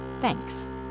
Thanks